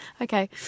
Okay